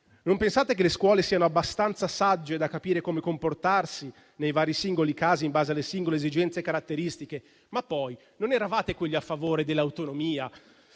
Non pensate che le scuole siano abbastanza sagge da capire come comportarsi nei vari singoli casi in base alle singole esigenze e caratteristiche? Ma poi, non eravate quelli a favore dell'autonomia?